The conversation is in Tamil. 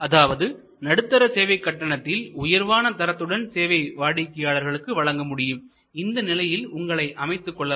அதாவது நடுத்தர சேவை கட்டணத்தில் உயர்வான தரத்துடன் சேவை வாடிக்கையாளர்களுக்கு வழங்க முடியும் இந்த நிலையில் உங்களை அமைத்துக் கொள்ளலாம்